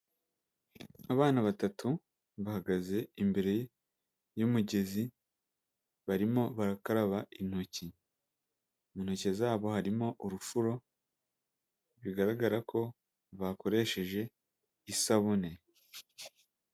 Abana batatu bahagaze imbere y'umugezi barimo barakaraba intoki, mu ntoki zabo harimo urufuro bigaragara ko bakoresheje isabune.